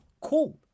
Cool